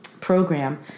program